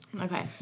Okay